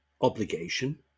obligation